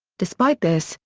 despite this,